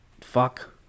fuck